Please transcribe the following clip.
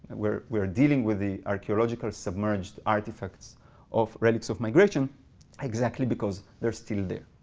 we're we're dealing with the archaeological submerged artifacts of relics of migration exactly because they're still there.